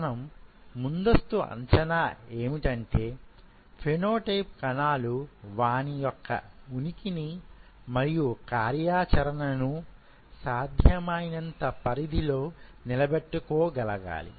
మన ముందస్తు అంచనా ఏమంటే ఫెనో టైప్ కణాలు వాని యొక్క ఉనికిని మరియు కార్యాచరణను సాధ్యమైనంత పరిధిలో నిలబెట్టుకోగలగాలి